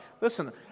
Listen